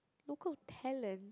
local talent